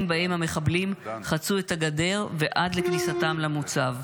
שבהם המחבלים חצו את הגדר ועד לכניסתם למוצב.